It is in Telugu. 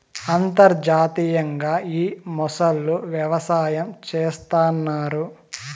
అంతర్జాతీయంగా ఈ మొసళ్ళ వ్యవసాయం చేస్తన్నారు